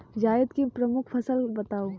जायद की प्रमुख फसल बताओ